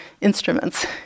instruments